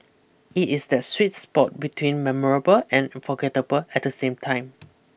it is that sweet spot between memorable and forgettable at the same time